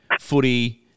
footy